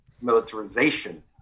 militarization